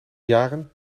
jaren